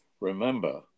remember